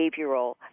behavioral